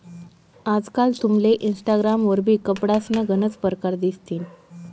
आजकाल तुमले इनस्टाग्राम वरबी कपडासना गनच परकार दिसतीन